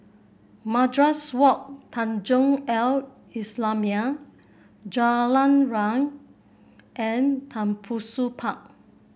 Madrasah Wak Tanjong Al Islamiah Jalan Riang and Tembusu Park